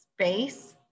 space